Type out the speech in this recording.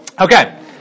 Okay